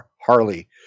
Harley